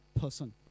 person